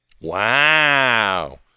Wow